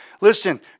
Listen